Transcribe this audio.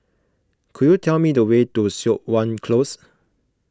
could you tell me the way to Siok Wan Close